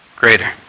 greater